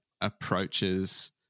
approaches